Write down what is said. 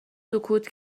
سکوت